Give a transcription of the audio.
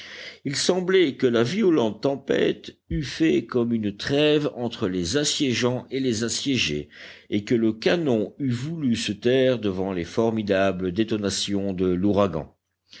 il semblait que la violente tempête eût fait comme une trêve entre les assiégeants et les assiégés et que le canon eût voulu se taire devant les formidables détonations de l'ouragan